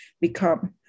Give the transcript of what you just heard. become